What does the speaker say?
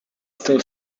still